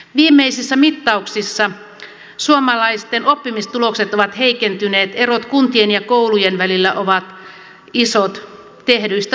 viimeisissä mittauksissa suomalaisten oppimistulokset ovat heikentyneet erot kuntien ja koulujen välillä ovat isot tehdyistä satsauksista huolimatta